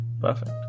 perfect